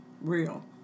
real